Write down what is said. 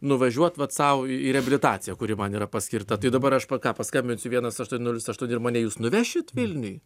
nuvažiuot vat sau į reabilitaciją kuri man yra paskirta tai dabar aš pa ką paskambinsiu vienas aštuoni nulis aštuoni ir mane jūs nuvešit vilniuj